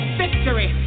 victory